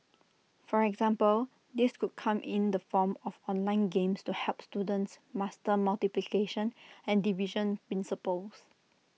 for example this could come in the form of online games to help students master multiplication and division principles